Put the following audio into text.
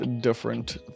different